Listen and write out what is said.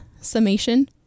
Summation